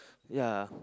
ya